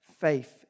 faith